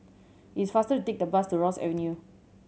it is faster to take the bus to Ross Avenue